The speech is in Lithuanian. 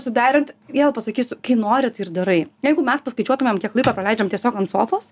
suderint vėl pasakysiu kai nori tai ir darai jeigu mes paskaičiuotumėm kiek laiko praleidžiam tiesiog ant sofos